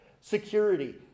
security